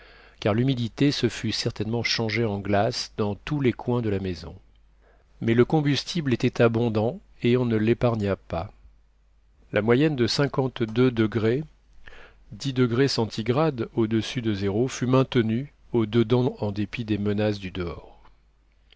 car l'humidité se fût certainement changée en glace dans tous les coins de la maison mais le combustible était abondant et on ne l'épargna pas la moyenne de cinquante-deux degrés fut maintenue au-dedans en dépit des menaces du dehors